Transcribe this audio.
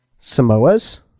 Samoas